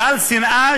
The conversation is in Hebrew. גל שנאה,